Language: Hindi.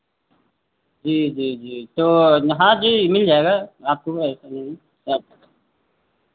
जी जी जी तो हाँ जी मिल जाएगा आपको ऐसा नहीं सब